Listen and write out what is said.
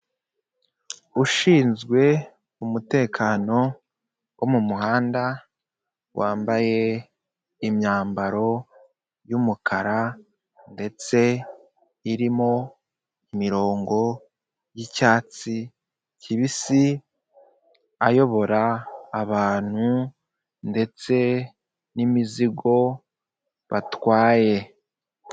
Ushinzwe umutekano wo mu muhanda wambaye imyambaro y'umukara ndetse irimo imirongo y'icyatsi kibisi ayobora abantu ndetse n'imizigo batwaye.